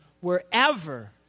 wherever